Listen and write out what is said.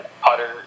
putter